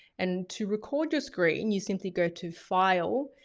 and to record your screen, and you simply go to file,